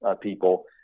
people